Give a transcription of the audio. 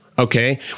Okay